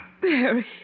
Barry